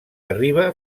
arriba